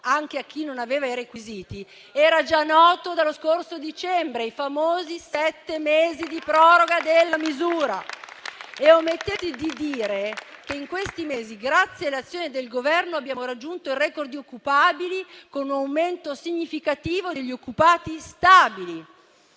anche a chi non aveva i requisiti, era già noto dallo scorso dicembre (i famosi sette mesi di proroga della misura). Omettete di dire che in questi mesi grazie all'azione del Governo abbiamo raggiunto il *record* di occupati con un aumento significativo degli occupati stabili.